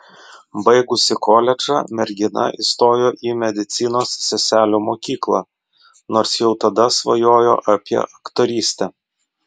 baigusi koledžą mergina įstojo į medicinos seselių mokyklą nors jau tada svajojo apie aktorystę